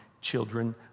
children